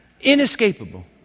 inescapable